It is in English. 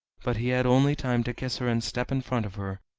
but he had only time to kiss her and step in front of her,